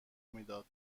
میداد